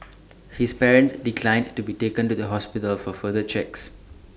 his parents declined to be taken to the hospital for further checks